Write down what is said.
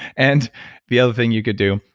and the other thing you could do,